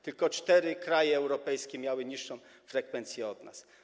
Tylko cztery kraje europejskie miały niższą frekwencję od nas.